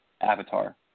avatar